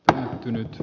ärtynyt l